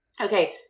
Okay